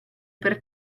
per